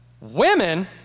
Women